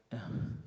yeah